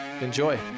Enjoy